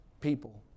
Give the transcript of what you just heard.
people